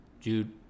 Dude